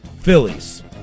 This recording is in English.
Phillies